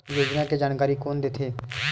योजना के जानकारी कोन दे थे?